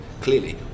clearly